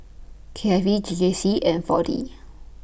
K I V J J C and four D